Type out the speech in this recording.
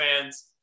fans